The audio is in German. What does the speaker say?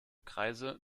kreise